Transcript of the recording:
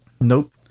Nope